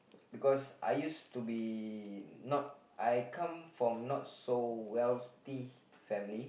because I used to be not I come from not so wealthy family